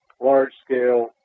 large-scale